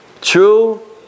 True